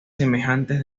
semejantes